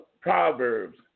Proverbs